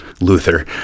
Luther